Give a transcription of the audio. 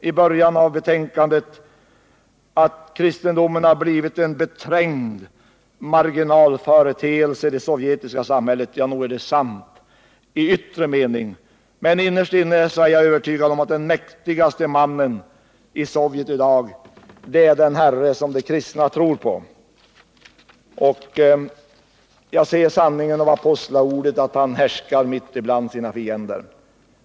I början av betänkandet sägs att kristendomen har blivit en beträngd marginalföreteelse i det sovjetiska samhället. Ja, nog är det sant i yttre mening. Men innerst inne är jag övertygad om att den mäktigaste mannen i Sovjet i dag är den Herre som de kristna tror på. Jag ser sanningen i det apostlaord som lyder: Han härskar mitt ibland sina fiender.